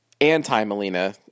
anti-Melina